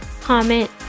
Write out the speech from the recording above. comment